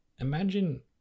Imagine